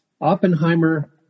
Oppenheimer